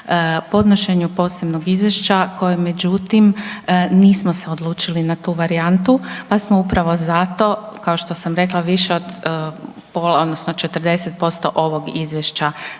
o podnošenju posebnog izvješća koje međutim nismo se odlučili na tu varijantu pa smo upravo zato, kao što sam rekla više od 40% ovog izvješća